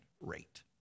rate